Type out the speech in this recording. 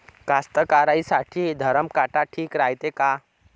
कास्तकाराइसाठी धरम काटा ठीक रायते का?